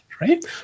right